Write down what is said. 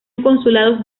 consulados